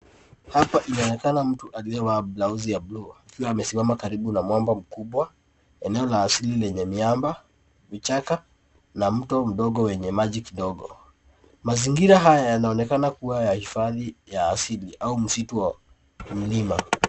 Hapa inaonekana mtu aliyevaa blauzi ya buluu akiwa amesimama karibu na mwamba mkubwa, eneo la asili lenye miamba, vichaka na mto mdogo wenye maji kidogo. Mazingira haya yanaonekana kuwa ya hifadhi ya asili au msitu wa mlima.